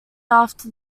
after